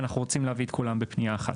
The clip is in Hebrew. ואנחנו רוצים להביא את כולם בפנייה אחת.